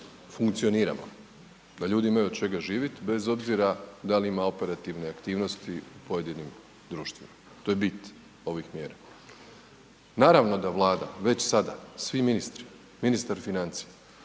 funkcioniramo, da ljudi imaju od čega živjet bez obzira da li ima operativne aktivnosti u pojedinim društvima, to je bit ovih mjera. Naravno da Vlada već sada, svi ministri, ministar financija